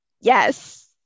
Yes